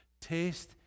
taste